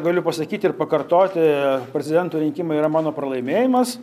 galiu pasakyti ir pakartoti prezidento rinkimai yra mano pralaimėjimas